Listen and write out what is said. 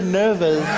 nervous